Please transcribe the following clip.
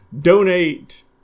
Donate